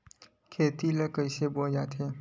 खेती ला कइसे बोय जाथे?